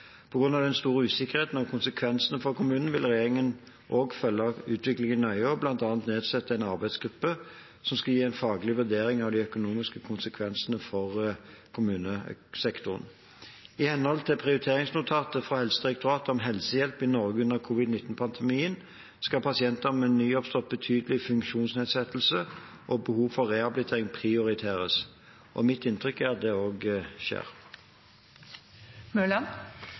den store usikkerheten om konsekvensene for kommunene vil regjeringen følge utviklingen nøye og bl.a. nedsette en arbeidsgruppe som skal gi faglige vurderinger av de økonomiske konsekvensene for kommunesektoren. I henhold til prioriteringsnotatet fra Helsedirektoratet om helsehjelp i Norge under covid-19-pandemien skal pasienter med nyoppstått betydelig funksjonsnedsettelse og behov for rehabilitering prioriteres. Mitt inntrykk er at det også skjer. Jeg takker for svaret og